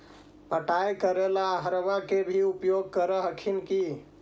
पटाय करे ला अहर्बा के भी उपयोग कर हखिन की?